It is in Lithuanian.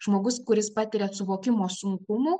žmogus kuris patiria suvokimo sunkumų